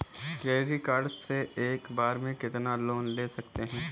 Credit card से एक बार में कितना लोन ले सकते हैं?